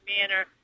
manner